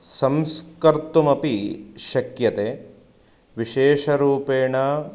संस्कर्तुमपि शक्यते विशेषरूपेण